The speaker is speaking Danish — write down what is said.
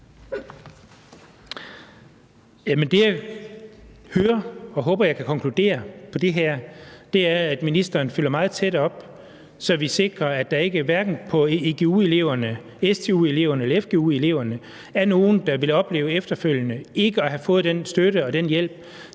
Det, jeg hører og håber, jeg kan konkludere på det her, er, at ministeren følger meget tæt op, så vi sikrer, at der hverken blandt fgu-eleverne, stu-eleverne eller fgu-eleverne er nogen, der efterfølgende vil opleve ikke at have fået den støtte og den hjælp